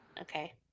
Okay